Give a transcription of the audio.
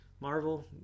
Marvel